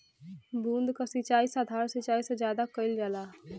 बूंद क सिचाई साधारण सिचाई से ज्यादा कईल जाला